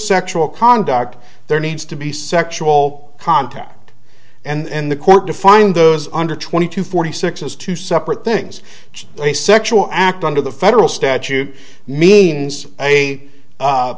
sexual conduct there needs to be sexual contact and the court to find those under twenty to forty six is two separate things a sexual act under the federal statute means a